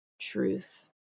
truth